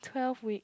twelve week